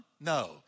No